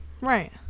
Right